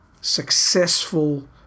successful